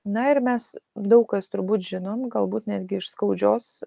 na ir mes daug kas turbūt žinom galbūt netgi iš skaudžios